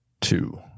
Two